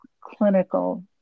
clinical